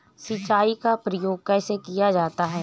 सिंचाई का प्रयोग कैसे किया जाता है?